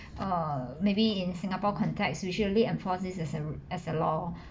err maybe in singapore context we should really enforce this as a as a law